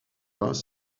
pas